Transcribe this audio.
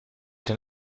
den